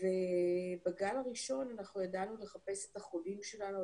ובגל הראשון ידענו לחפש את החולים שלנו.